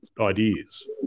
ideas